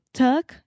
tuck